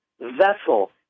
vessel